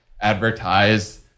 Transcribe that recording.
advertise